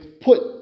put